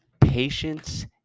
Patience